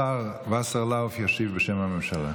השר וסרלאוף ישיב בשם הממשלה.